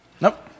Nope